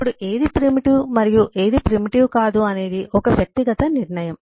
ఇప్పుడు ఏది ప్రిమిటివ్ మరియు ప్రిమిటివ్ కాదు అనేది ఒక వ్యక్తిగత నిర్ణయం